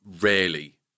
rarely